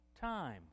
time